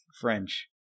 French